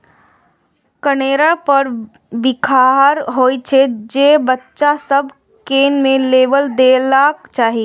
कनेरक फर बिखाह होइ छै, तें बच्चा सभ कें ई नै लेबय देबाक चाही